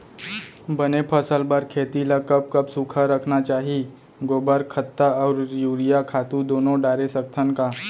बने फसल बर खेती ल कब कब सूखा रखना चाही, गोबर खत्ता और यूरिया खातू दूनो डारे सकथन का?